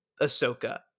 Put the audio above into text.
Ahsoka